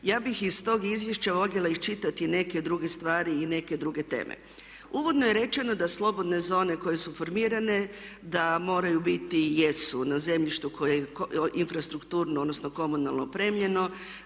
Ja bi ih tog izvješća voljela iščitati neke druge stvari i neke druge teme. Uvodno je rečeno da slobodne zone koje su formirane da moraju biti i jesu na zemljištu koje infrastrukturno odnosno komunalno opremljeno